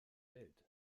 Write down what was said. welt